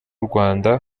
rwanda